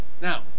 Now